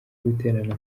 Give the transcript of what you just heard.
guterana